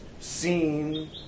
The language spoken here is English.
seen